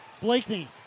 Blakeney